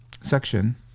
section